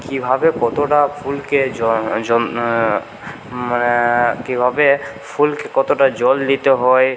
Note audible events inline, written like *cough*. কী ভাবে কতটা ফুলকে *unintelligible* মানে কী ভাবে ফুলকে কতটা জল দিতে হয়